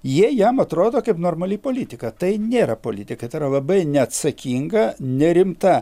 jie jam atrodo kaip normali politika tai nėra politika tai yra labai neatsakinga nerimta